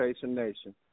Nation